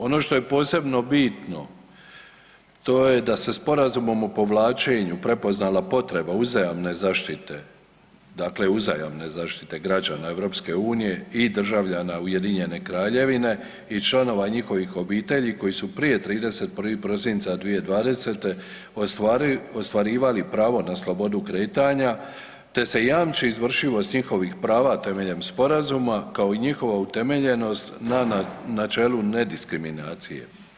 Ono što je posebno bitno, to je da se Sporazumom o povlačenju prepoznala potreba uzajamne zaštite, dakle uzajamne zaštite građana EU i državljana Ujedinjene Kraljevine i članova njihovih obitelji koji su prije 31. prosinca 2020. ostvarivali pravo na slobodu kretanja, te se jamči izvršivost njihovih prava temeljem sporazuma, kao i njihova utemeljenost na načelu nediskriminacije.